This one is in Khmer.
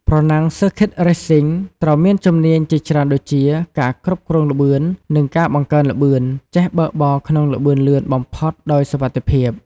ប្រណាំង ស៊ើរឃីត រេសស៊ីង (Circuit Racing) ត្រូវមានជំនាញជាច្រើនដូចជា ការគ្រប់គ្រងល្បឿន និងការបង្កើនល្បឿន: ចេះបើកបរក្នុងល្បឿនលឿនបំផុតដោយសុវត្ថិភាព។